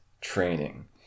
training